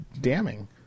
damning